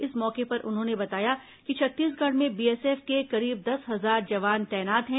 इस मौके पर उन्होंने बताया कि छत्तीसगढ़ में बीएसएफ के करीब दस हजार जवान तैनात हैं